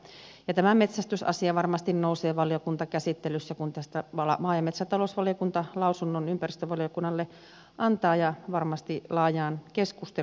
tämä metsästysasia varmasti nousee valiokuntakäsittelyssä kun tästä maa ja metsätalousvaliokunta lausunnon ympäristövaliokunnalle antaa laajaan keskusteluun